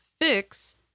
fix